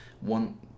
one